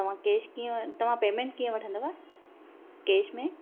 तव्हां केश कीअं तव्हां पेमेंट कीअं वठंदव केश में